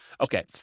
okay